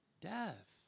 death